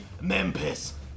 Memphis